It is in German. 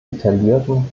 detaillierten